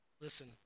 Listen